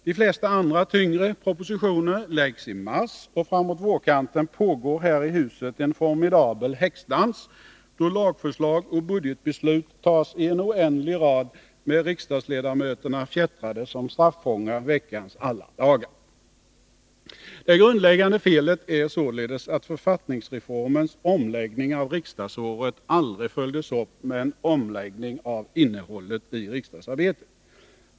De flesta andra tyngre propositioner läggs fram i mars, och framåt vårkanten pågår här i huset en formidabel häxdans då lagförslag och budgetbeslut tas i en oändlig rad med riksdagsledamöterna fjättrade som straffångar veckans alla dagar. Det grundläggande felet är således att författningsreformens omläggning av riksdagsåret aldrig följdes upp med en omläggning av innehållet i riksdagsarbetet.